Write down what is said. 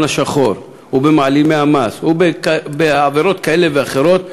השחור ובמעלימי המס ובעבירות כאלה ואחרות,